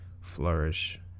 flourish